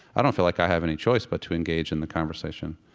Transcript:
i don't feel like i have any choice but to engage in the conversation